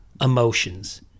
emotions